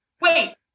Wait